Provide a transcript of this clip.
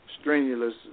strenuous